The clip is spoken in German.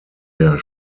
der